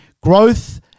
growth